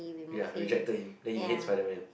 ya rejected him then he hates Spider-Man